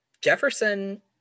Jefferson